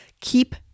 Keep